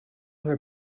her